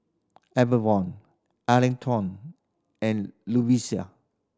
Avalon Atherton and Lovisa